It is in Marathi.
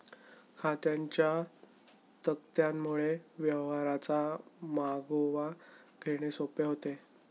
खात्यांच्या तक्त्यांमुळे व्यवहारांचा मागोवा घेणे सोपे होते